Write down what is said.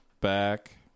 back